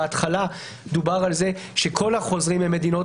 בהתחלה דובר על כך שכל החוזרים ממדינות